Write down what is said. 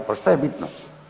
Pa šta je bitno?